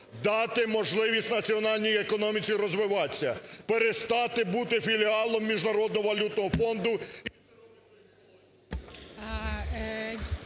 Дати можливість національній економіці розвиватися. Перестати бути філіалом Міжнародного валютного фонду… ГОЛОВУЮЧИЙ.